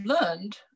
learned